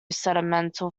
sentimental